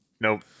Nope